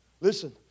Listen